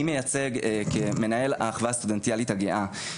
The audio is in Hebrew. מייצג כמנהל האחווה הסטודנטיאלית הגאה.